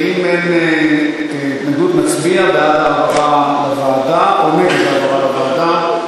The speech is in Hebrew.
ואם אין התנגדות נצביע בעד העברה לוועדה או נגד העברה לוועדה.